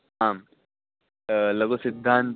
आं लघुसिद्धान्तः